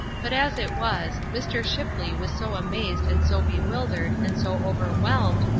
but, as it was, mr. shipley was so amazed and so bewildered, and so overwhelmed,